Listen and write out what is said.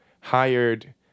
hired